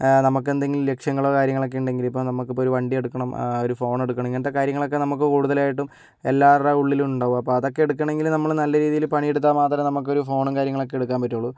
നമുക്ക് എന്തെങ്കിലും ലക്ഷ്യങ്ങളോ കാര്യങ്ങളൊക്കെ ഉണ്ടെങ്കിൽ ഇപ്പോൾ നമുക്കിപ്പോൾ ഒരു വണ്ടി എടുക്കണം ഒരു ഫോൺ എടുക്കണം ഇങ്ങനത്തെ കാര്യങ്ങളൊക്കെ നമുക്ക് കൂടുതലായിട്ടും എല്ലാവരുടെ ഉള്ളിലും ഉണ്ടാവും അപ്പോൾ അതൊക്കെ എടുക്കണമെങ്കിൽ നമ്മൾ നല്ല രീതിയില് പണിയെടുത്താ മാത്രമേ നമുക്ക് ഒരു ഫോണും കാര്യങ്ങളൊക്കെ എടുക്കാൻ പറ്റുള്ളൂ